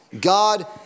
God